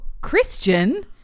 Christian